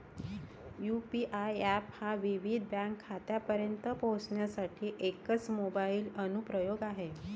UPI app हा विविध bank खात्यांपर्यंत पोहोचण्यासाठी एकच मोबाइल अनुप्रयोग आहे